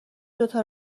دوتا